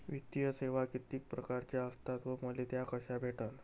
वित्तीय सेवा कितीक परकारच्या असतात व मले त्या कशा भेटन?